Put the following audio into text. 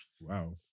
Wow